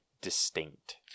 distinct